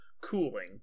cooling